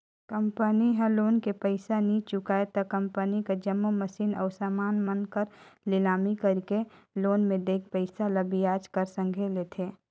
company ह loan के पइसा नी चुकाय त कंपनी कर जम्मो मसीन अउ समान मन कर लिलामी कइरके लोन में देय पइसा ल बियाज कर संघे लेथे